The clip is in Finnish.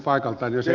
kyllä kyllä